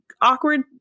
awkward